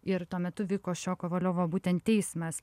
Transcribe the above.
ir tuo metu vyko šio kovaliovo būtent teismas